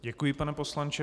Děkuji, pane poslanče.